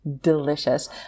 delicious